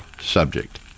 subject